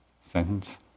sentence